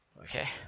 Okay